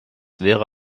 wäre